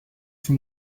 from